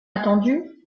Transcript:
attendu